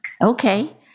Okay